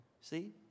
See